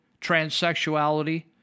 transsexuality